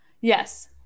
Yes